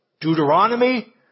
Deuteronomy